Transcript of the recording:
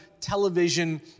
television